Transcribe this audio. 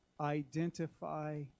identify